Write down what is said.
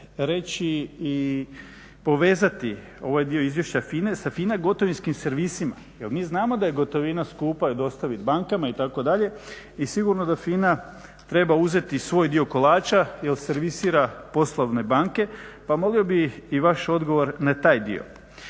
reći i povezati ovaj dio izvješća FINA-e sa FINA gotovinskim servisima. Jer mi znamo da je gotovina skupa dostaviti bankama itd. i sigurno da FINA treba uzeti i svoj dio kolača jer servisira poslovne banke pa molio bih i vaš odgovor na taj dio.